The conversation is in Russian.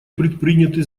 предприняты